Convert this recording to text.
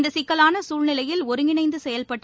இந்த சிக்கலாள சசூழ்நிலையில் ஒருங்கிணைந்து செயல்பட்டு